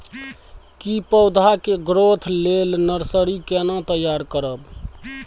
की पौधा के ग्रोथ लेल नर्सरी केना तैयार करब?